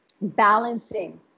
balancing